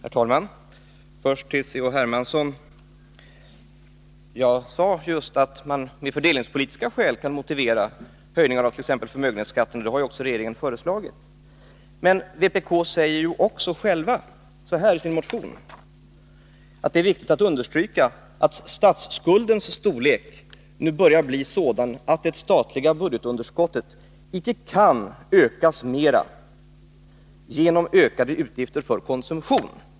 Herr talman! Jag vänder mig först till C.-H. Hermansson. Jag sade just att man med fördelningspolitiska skäl kan motivera en höjning av t.ex. förmögenhetsskatten. Det har ju också regeringen föreslagit. Men vpk säger också själva i sin motion att det är viktigt att understryka att statsskuldens storlek nu börjar bli sådan att det statliga budgetunderskottet icke kan ökas mera genom ökade utgifter för konsumtion.